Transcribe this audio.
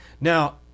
Now